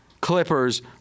Clippers